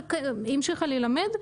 אבל היא המשיכה ללמד,